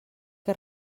que